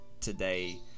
today